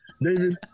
David